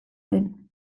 den